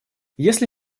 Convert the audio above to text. если